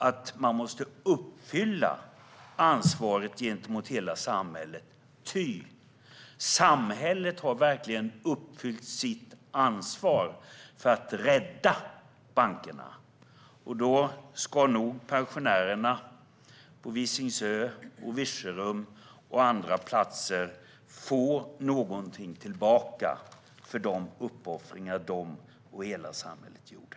De måste uppfylla ansvaret gentemot hela samhället, ty samhället har verkligen uppfyllt sitt ansvar för att rädda bankerna. Då ska nog pensionärerna på Visingsö, i Virserum och på andra platser få någonting tillbaka för de uppoffringar de och hela samhället gjorde.